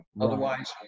Otherwise